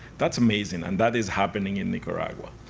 that's amazing. and that is happening in nicaragua.